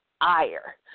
ire